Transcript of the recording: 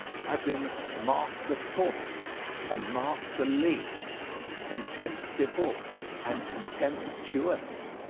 as in master-ful and master-ly, contempt-ible and contempt-uous,